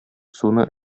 суны